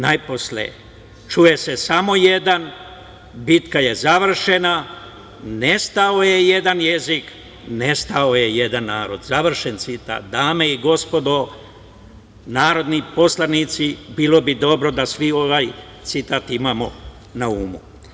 Najposle, čuje se samo jedan, bitka je završena, nestao je jedan jezik, nestao je jedan narod, završen citat.“ Dame i gospodo narodni poslanici, bilo bi dobro da svi ovaj citat imamo na umu.